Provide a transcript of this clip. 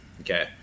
okay